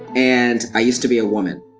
and i used to be a woman.